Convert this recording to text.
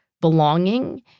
belonging